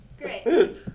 Great